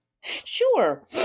Sure